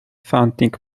founding